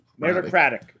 meritocratic